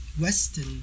Western